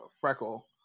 Freckle